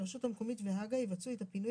הרשות המקומית והג"א יבצעו את הפינוי